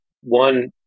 One